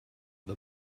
the